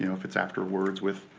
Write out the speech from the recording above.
you know if it's afterwards, with,